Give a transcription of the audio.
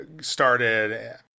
started